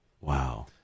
Wow